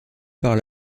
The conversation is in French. par